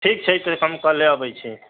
ठीक छै त हम कल्हे अबै छी